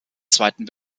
zweiten